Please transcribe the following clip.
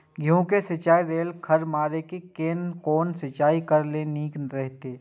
गेहूँ के सिंचाई लेल खर मारे के लेल कोन सिंचाई करे ल नीक रहैत?